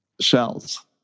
shells